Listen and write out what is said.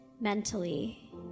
mentally